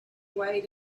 wait